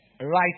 right